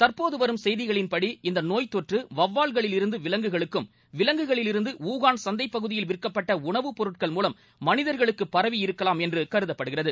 தற்போது வரும் செய்திகள்படி இந்த நோய்த்தொற்று வெளவால்களிலிருந்து விலங்குகளுக்கும் விலங்குகளிலிருந்து வூஹாள் சந்தைப் பகுதியில் விற்கப்பட்ட உணவுப் பொருள்கள் மூலம் மனிதர்களுக்கு பரவி இருக்கலாம் என்று கருதப்படுகிறது